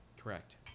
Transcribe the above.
Correct